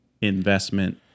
investment